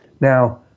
Now